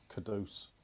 Caduce